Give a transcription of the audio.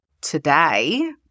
today